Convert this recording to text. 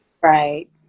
right